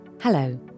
Hello